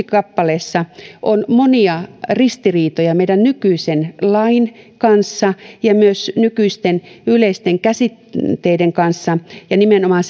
kappaleessa on monia ristiriitoja meidän nykyisen lain kanssa ja myös nykyisten yleisten käsitteiden kanssa ja nimenomaan